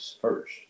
first